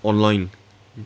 online